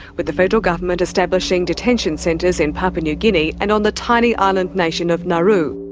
with the federal government establishing detention centres in papua new guinea, and on the tiny island nation of nauru.